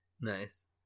Nice